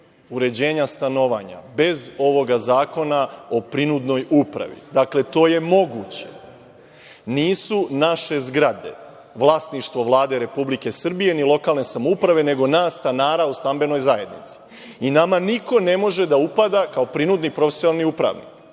uređenja stanovanja bez ovoga zakona o prinudnoj upravi. Dakle, to je moguće. Nisu naše zgrade vlasništvo Vlade Republike Srbije, ni lokalne samouprave, nego nas stanara u stambenoj zajednici. Nama niko ne može da upada, kao prinudni profesionalni upravnik